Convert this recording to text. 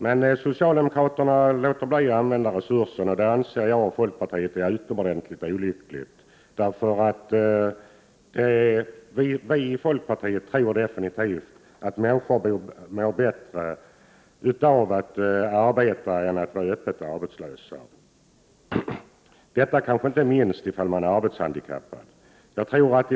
Men socialdemokraterna låter bli att använda dessa resurser, vilket folkpartiet anser vara utomordentligt olyckligt. Folkpartiet tror nämligen att människor mår bättre av att arbeta än att vara öppet arbetslösa. Och detta gäller kanske inte minst arbetshandikappade människor.